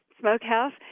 smokehouse